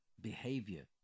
behavior